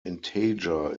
integer